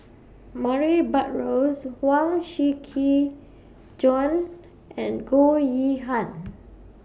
Murray Buttrose Huang Shiqi Joan and Goh Yihan